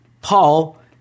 Paul